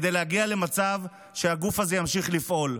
כדי להגיע למצב שהגוף הזה ימשיך לפעול.